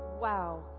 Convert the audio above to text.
wow